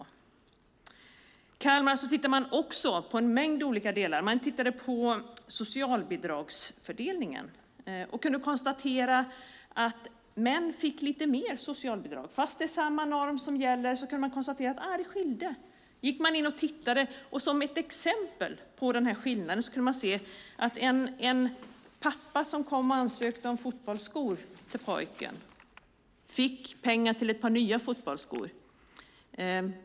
I Kalmar tittade man också på en mängd andra saker. Man tittade på socialbidragsfördelningen och kunde konstatera att män fick lite mer socialbidrag. Fastän det är samma norm som gäller kunde man konstatera att det skilde sig åt. Som ett exempel på den här skillnaden kunde man se att en pappa som kom och ansökte om fotbollsskor för pojken fick pengar till ett par nya fotbollsskor.